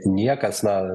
niekas na